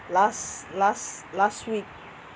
last last last week